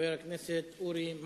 חבר הכנסת אורי מקלב,